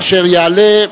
אשר יעלה.